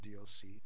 DLC